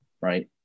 Right